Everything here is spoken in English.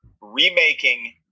remaking